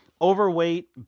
overweight